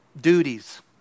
duties